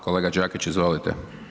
Kolega Đakić, izvolite.